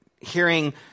hearing